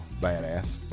badass